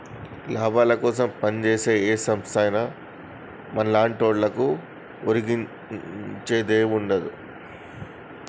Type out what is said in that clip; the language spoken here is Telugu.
లాభాలకోసం పంజేసే ఏ సంస్థైనా మన్లాంటోళ్లకు ఒరిగించేదేముండదు